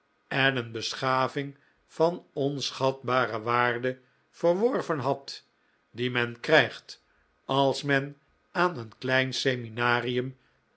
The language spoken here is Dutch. en een beschaving van onschatbare waarde verworven had die men krijgt als men aan een klein seminarium